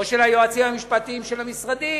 או של היועצים המשפטיים של המשרדים,